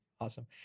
Awesome